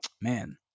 man